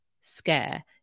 scare